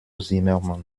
zimmermann